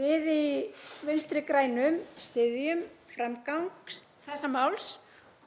Við í Vinstri grænum styðjum framgang þessa máls